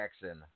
Jackson